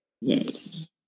Yes